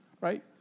Right